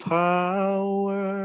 power